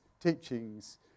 teachings